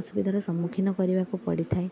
ଅସୁବିଧାର ସମ୍ମୁଖୀନ କରିବାକୁ ପଡ଼ିଥାଏ